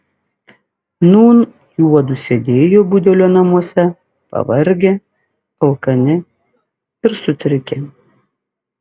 nūn juodu sėdėjo budelio namuose pavargę alkani ir sutrikę